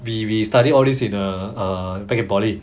we we study all this in err err think about it